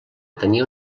tenia